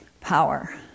Power